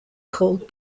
called